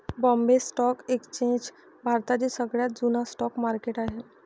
Bombay stock exchange भारतातील सगळ्यात जुन स्टॉक मार्केट आहे